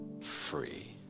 free